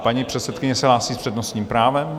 Paní předsedkyně se hlásí s přednostním právem?